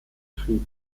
betrieb